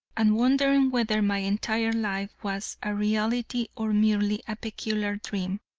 and wondering whether my entire life was a reality or merely a peculiar dream,